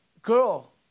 Girl